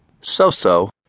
So-so